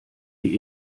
die